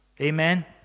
Amen